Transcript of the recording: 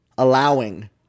Allowing